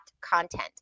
content